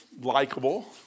likable